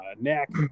neck